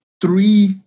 three